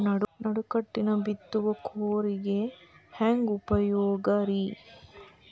ನಡುಕಟ್ಟಿನ ಬಿತ್ತುವ ಕೂರಿಗೆ ಹೆಂಗ್ ಉಪಯೋಗ ರಿ?